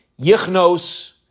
Yichnos